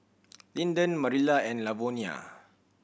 Linden Marilla and Lavonia